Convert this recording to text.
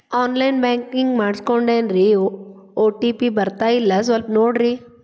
on line banking ಮಾಡಿಸ್ಕೊಂಡೇನ್ರಿ OTP ಬರ್ತಾಯಿಲ್ಲ ಸ್ವಲ್ಪ ನೋಡ್ರಿ